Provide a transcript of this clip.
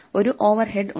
ഒരു ഓവർഹെഡ് ഉണ്ട്